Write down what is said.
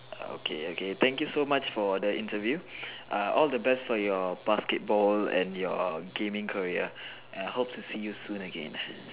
uh okay okay thank you so much for your interview uh all the best for your basketball and your gaming career and I hope to see you soon again